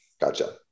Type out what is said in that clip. gotcha